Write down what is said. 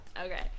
Okay